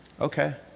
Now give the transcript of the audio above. Okay